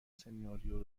سناریو